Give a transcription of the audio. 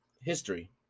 History